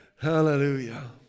Hallelujah